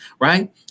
Right